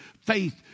faith